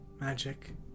magic